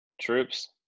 Troops